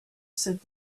said